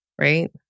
Right